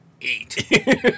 eight